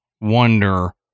wonder